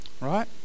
right